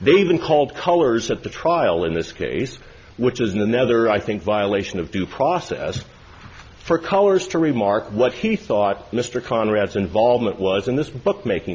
they even called colors at the trial in this case which is another i think violation of due process for colors to remark what he thought mr conrad's involvement was in this book making